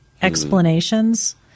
explanations